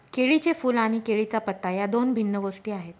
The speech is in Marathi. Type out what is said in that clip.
केळीचे फूल आणि केळीचा पत्ता या दोन भिन्न गोष्टी आहेत